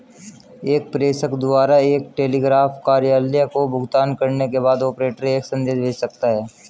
एक प्रेषक द्वारा एक टेलीग्राफ कार्यालय को भुगतान करने के बाद, ऑपरेटर एक संदेश भेज सकता है